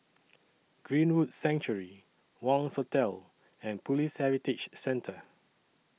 Greenwood Sanctuary Wangz Hotel and Police Heritage Centre